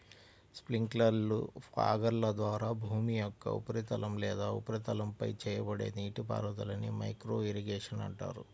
స్ప్రింక్లర్లు, ఫాగర్ల ద్వారా భూమి యొక్క ఉపరితలం లేదా ఉపరితలంపై చేయబడే నీటిపారుదలనే మైక్రో ఇరిగేషన్ అంటారు